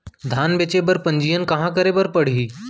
धान बेचे बर पंजीयन कहाँ करे बर पड़ही?